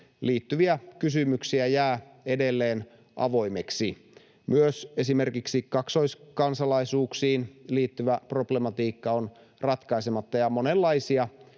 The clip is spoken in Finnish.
liittyviä kysymyksiä jää edelleen avoimiksi. Myös esimerkiksi kaksoiskansalaisuuksiin liittyvä problematiikka on ratkaisematta, ja